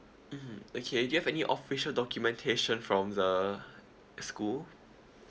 mmhmm okay do you have any official documentation from the uh school